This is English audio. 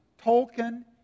Tolkien